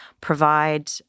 provide